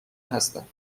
هستم